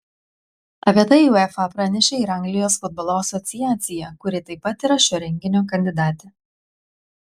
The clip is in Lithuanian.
apie tai uefa pranešė ir anglijos futbolo asociacija kuri taip pat yra šio renginio kandidatė